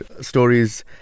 stories